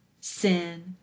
sin